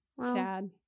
sad